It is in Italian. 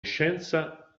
scienza